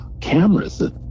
cameras